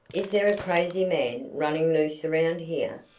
is there a crazy man running loose around here?